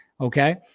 Okay